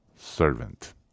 servant